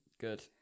Good